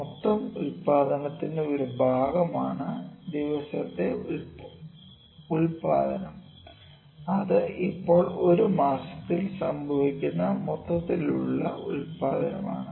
മൊത്തം ഉൽപാദനത്തിന്റെ ഒരു ഭാഗമാണ് ദിവസത്തെ ഉൽപാദനം അത് ഇപ്പോൾ ഒരു മാസത്തിൽ സംഭവിക്കുന്ന മൊത്തത്തിലുള്ള ഉൽപാദനമാണ്